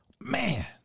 man